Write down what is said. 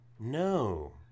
no